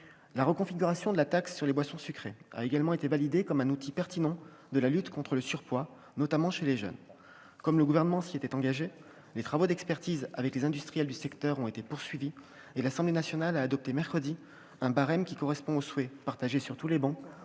La reconfiguration de la taxe sur les boissons sucrées a également été validée comme un outil pertinent de la lutte contre le surpoids, notamment chez les jeunes. Comme le Gouvernement s'y était engagé, les travaux d'expertise avec les industriels du secteur ont été poursuivis, et l'Assemblée nationale a adopté, mercredi dernier, un barème correspondant au souhait, partagé sur toutes les